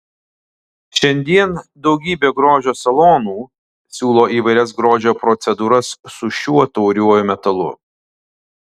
šiandien daugybė grožio salonų siūlo įvairias grožio procedūras su šiuo tauriuoju metalu